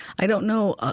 i don't know. ah